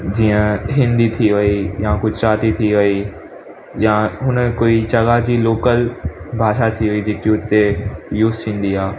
जीअं हिंदी थी वई या गुजराती थी वई या हुन कोई जॻह जी लोकल भाषा थी वई जेकी उते यूज़ थींदी आहे